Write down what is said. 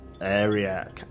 area